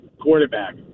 quarterback